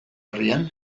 herrian